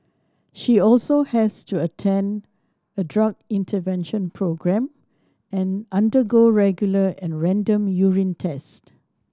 she also has to attend a drug intervention programme and undergo regular and random urine test